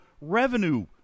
revenue